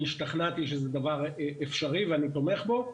השתכנעתי שזה דבר אפשרי ואני תומך בו.